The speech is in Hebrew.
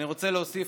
אני רוצה להוסיף,